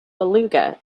beluga